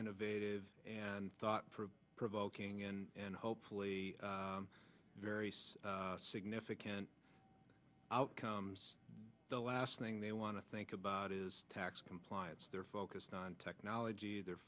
innovative and thought provoking and hopefully various significant outcomes the last thing they want to think about is tax compliance they're focused on technology they're